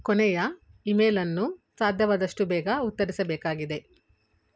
ಕೊನೆಯ ಇಮೇಲನ್ನು ಸಾಧ್ಯವಾದಷ್ಟು ಬೇಗ ಉತ್ತರಿಸಬೇಕಾಗಿದೆ